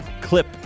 clip